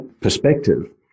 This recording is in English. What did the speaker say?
perspective